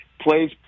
Plays